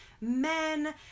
men